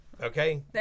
Okay